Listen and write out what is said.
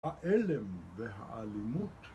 האלם והאלימות